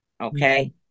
Okay